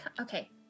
Okay